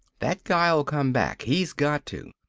that guy'll come back. he's got to!